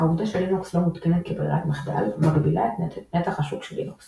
העובדה שלינוקס לא מותקנת כברירת מחדל מגבילה את נתח השוק של לינוקס